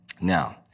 Now